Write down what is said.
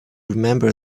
remember